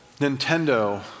Nintendo